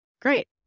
Great